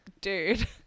dude